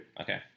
Okay